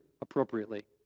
appropriately